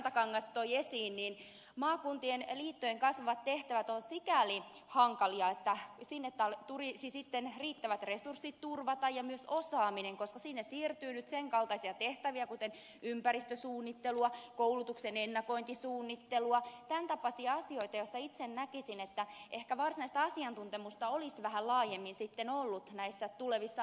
rantakangas toi esiin niin maakuntaliittojen kasvavat tehtävät ovat sikäli hankalia että tulisi turvata riittävät resurssit ja myös osaaminen koska sinne siirtyy nyt sen kaltaisia tehtäviä kuin ympäristösuunnittelua koulutuksen ennakointisuunnittelua tämäntapaisia asioita joissa itse näkisin että ehkä varsinaista asiantuntemusta olisi vähän laajemmin ollut tulevissa aveissa